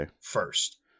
first